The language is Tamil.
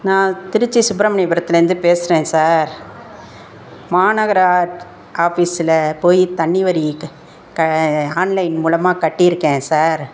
நான் திருச்சி சுப்ரமணியபுரத்துலேருந்து பேசுகிறேன் சார் மாநகர ஆத் ஆஃபீஸில் போய் தண்ணி வரி க க ஆன்லைன் மூலமாக கட்டியிருக்கேன் சார்